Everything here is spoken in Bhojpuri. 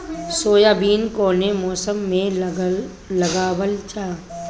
सोयाबीन कौने मौसम में लगावल जा?